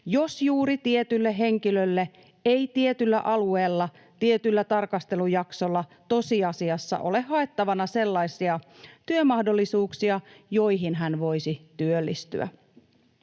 jos juuri tietylle henkilölle ei tietyllä alueella tietyllä tarkastelujaksolla tosiasiassa ole haettavana sellaisia työmahdollisuuksia, joihin hän voisi työllistyä.